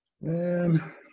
Man